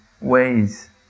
ways